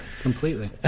completely